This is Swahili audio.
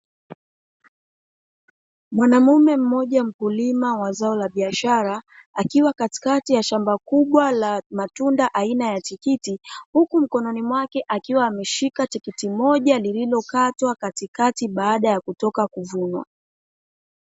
Mwamume mmoja mkulima wa zao la biashara akiwa katikati ya shamba kubwa la matunda aina ya tikiti, huku mkononi mwake akiwa ameshika tikiti moja lililokatwa katikati baada ya kutoka kuvunwa.